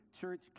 church